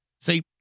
See